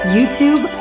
YouTube